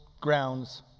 grounds